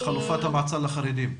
חלופת המעצר לחרדים.